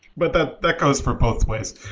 but that that goes for both ways.